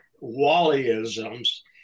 Wally-isms